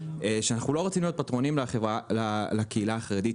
אנחנו לא רוצים להיות פטרונים על הקהילה החרדית,